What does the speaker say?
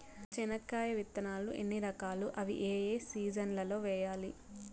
చెనక్కాయ విత్తనాలు ఎన్ని రకాలు? అవి ఏ ఏ సీజన్లలో వేయాలి?